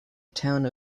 town